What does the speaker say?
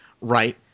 Right